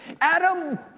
Adam